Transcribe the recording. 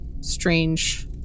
strange